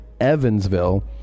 Evansville